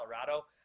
Colorado